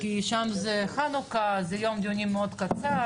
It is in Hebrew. כי שם זה חנוכה, זה יום דיונים מאוד קצר.